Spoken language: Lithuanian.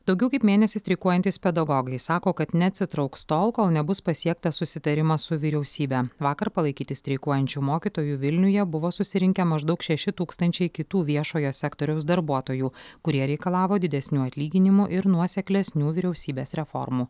daugiau kaip mėnesį streikuojantys pedagogai sako kad neatsitrauks tol kol nebus pasiektas susitarimas su vyriausybe vakar palaikyti streikuojančių mokytojų vilniuje buvo susirinkę maždaug šeši tūkstančiai kitų viešojo sektoriaus darbuotojų kurie reikalavo didesnių atlyginimų ir nuoseklesnių vyriausybės reformų